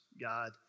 God